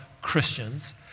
Christians